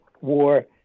war